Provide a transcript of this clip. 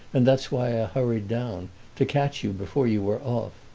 and that's why i hurried down to catch you before you were off.